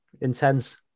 intense